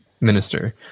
minister